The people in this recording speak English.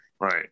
Right